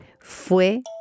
fue